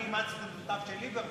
אני אימצתי את עמדותיו של ליברמן,